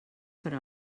per